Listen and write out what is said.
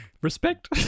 respect